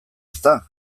ezta